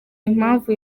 impamvu